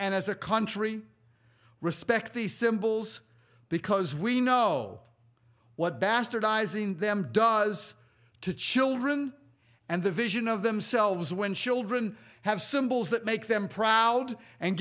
and as a country respect the symbols because we know what bastardizing them daws to children and the vision of themselves when children have symbols that make them proud and